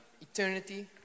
eternity